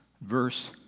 verse